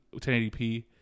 1080p